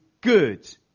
good